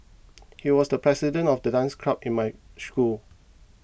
he was the president of the dance club in my school